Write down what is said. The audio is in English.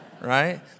Right